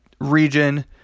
region